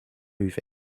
move